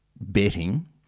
betting